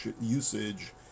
usage